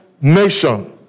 nation